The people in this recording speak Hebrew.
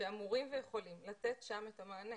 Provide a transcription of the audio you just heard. שאמורים ויכולים לתת שם את המענה,